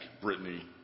Brittany